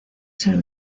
ser